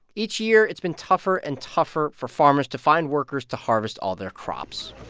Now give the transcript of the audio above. each year, it's been tougher and tougher for farmers to find workers to harvest all their crops